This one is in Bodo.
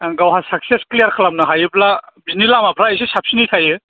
गावहा साकसेस क्लियार खालामनो हायोब्ला बिनि लामाफ्रा एसे साबसिनै जायो